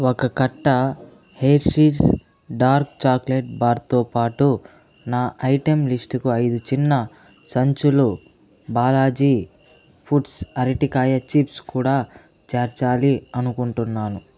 ఒక కట్ట Hershey's dark chocolate బార్తో పాటు నా ఐటెం లిస్టుకి ఐదు చిన్న సంచులు బాలాజీ ఫుడ్స్ అరటికాయ చిప్స్ కూడా చేర్చాలి అనుకుంటున్నాను